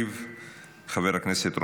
חבר הכנסת גלעד קריב,